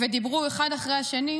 ודיברו אחד אחרי השני,